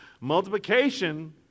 Multiplication